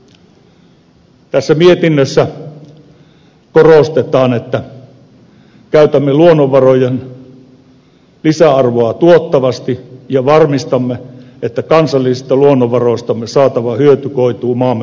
tässä mietinnössä korostetaan että käytämme luonnonvarojen lisäarvoa tuottavasti ja varmistamme että kansallisista luonnonvaroistamme saatava hyöty koituu maamme parhaaksi